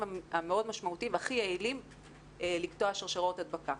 המאוד משמעותיים והכי יעילים לקטוע שרשראות הדבקה.